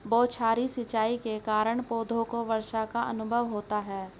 बौछारी सिंचाई के कारण पौधों को वर्षा का अनुभव होता है